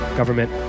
government